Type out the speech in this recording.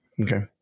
okay